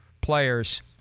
players